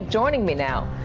joining me now,